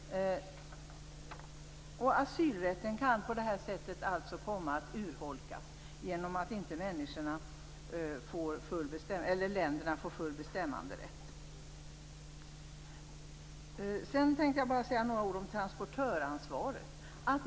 Asylrätten kan på det här sättet komma att urholkas genom att länderna inte får full bestämmanderätt. Sedan tänkte jag bara säga några ord om transportörsansvaret.